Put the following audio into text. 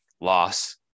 loss